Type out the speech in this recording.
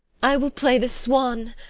i will play the swan,